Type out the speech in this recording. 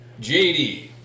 JD